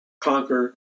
conquer